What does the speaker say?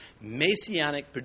messianic